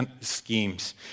schemes